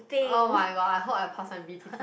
oh-my-god I hope I pass my B_T_T